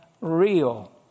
real